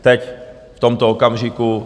Teď v tomto okamžiku.